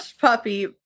puppy